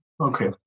okay